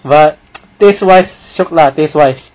but taste wise shiok lah taste wise